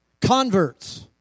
converts